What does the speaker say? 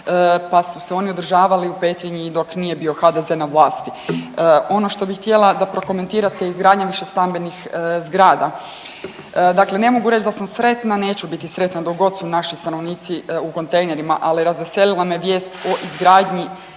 pa su se oni održavali u Petrinji i dok nije bio HDZ na vlasti. Ono što bi htjela da prokomentirate izgradnje višestambenih zgrada. Dakle ne mogu reć da sam sretna, neću biti sretna dok god su naši stanovnici u kontejnerima, ali razveselila me vijest o izgradnji